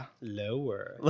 Lower